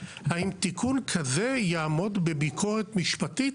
האם תיקון כזה יעמוד בבדיקות משפטית